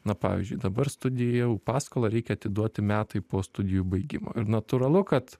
na pavyzdžiui dabar studij jau paskolą reikia atiduoti metai po studijų baigimo ir natūralu kad